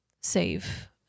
save